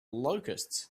locusts